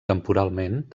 temporalment